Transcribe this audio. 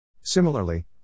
Similarly